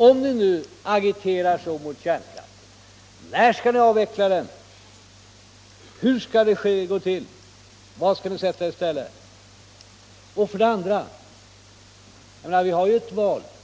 Om ni nu agiterar så mot kärnkraft — när skall ni avveckla den, hur skall det gå till, vad skall ni sätta i stället? Och vidare: Vi har ju ett val i höst.